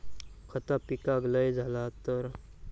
खता पिकाक लय झाला तर?